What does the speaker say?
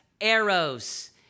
arrows